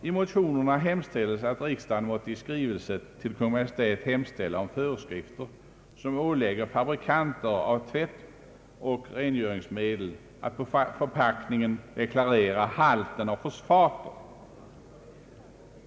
I motionen hemställs att riksdagen måtte i skrivelse till Kungl. Maj:t hemställa om föreskrifter, som ålägger fabrikanter av tvättoch rengöringsmedel att på förpackningen deklarera halten av fosfat.